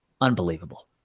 unbelievable